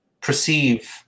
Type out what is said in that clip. perceive